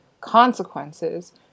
consequences